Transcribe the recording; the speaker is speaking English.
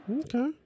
Okay